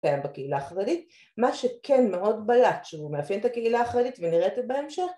קיים בקהילה החרדית, מה שכן מאוד בלט שהוא מאפיין את הקהילה החרדית ונראה את זה בהמשך